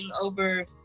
over